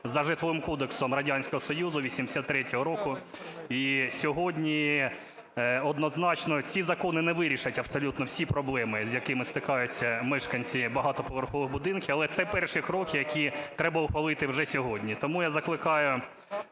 за Житловим кодексом Радянського Союзу 83-го року і сьогодні однозначно ці закони не вирішать абсолютно всі проблеми, з якими стикаються мешканці багатоповерхових будинків, але це перші кроки, які треба ухвалити вже сьогодні. Тому я закликаю